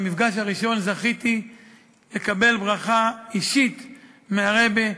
שבמפגש הראשון זכיתי לקבל ברכה אישית מהרבי.